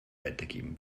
weitergeben